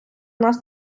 нас